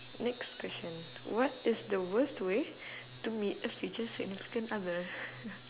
next question what is the worst way to meet a future significant other